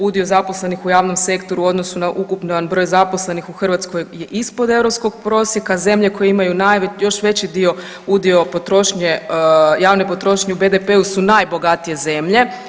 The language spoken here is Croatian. Udio zaposlenih u javnom sektoru u odnosu na ukupan broj zaposlenih u Hrvatskoj je ispod europskog prosjeka, zemlje koje imaju još veći dio, udio potrošnje, javne potrošnje u BDP-u su najbogatije zemlje.